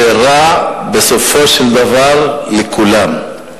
זה רע בסופו של דבר לכולם.